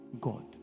God